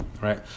right